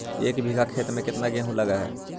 एक बिघा खेत में केतना गेहूं लग है?